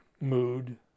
mood